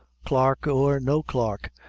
clerk, or no clerk,